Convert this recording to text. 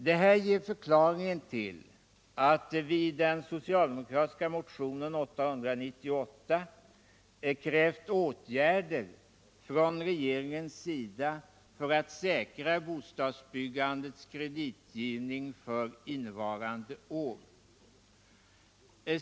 Det här ger förklaringen till att vi i den socialdemokratiska motionen 898 krävt åtgärder från regeringens sida för att säkra bostadsbyggandets kreditgivning för innevarande år.